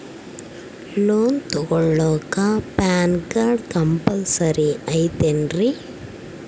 Loan ತೊಗೊಳ್ಳಾಕ PAN card compulsory ಐಯ್ತೇನ್ರಿ?